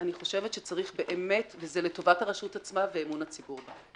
אני חושבת שצריך באמת וזה לטובת הרשות עצמה ואמון הציבור בה,